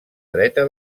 dreta